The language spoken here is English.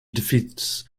defeats